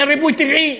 אין ריבוי טבעי?